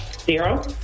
Zero